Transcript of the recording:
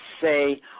say